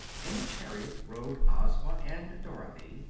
in the chariot rode ozma and dorothy,